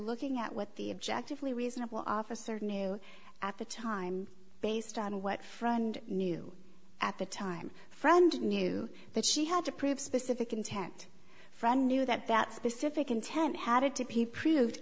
looking at what the objective lee reasonable officer knew at the time based on what friend knew at the time friend knew that she had to prove specific intent friend knew that that specific intent had to be proved